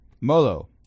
Molo